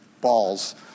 balls